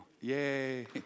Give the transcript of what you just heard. Yay